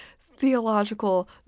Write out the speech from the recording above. theological